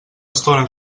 estona